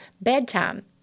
bedtime